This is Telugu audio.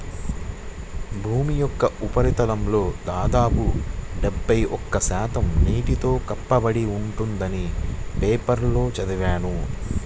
భూమి యొక్క ఉపరితలంలో దాదాపు డెబ్బై ఒక్క శాతం నీటితో కప్పబడి ఉందని పేపర్లో చదివాను